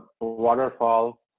Waterfall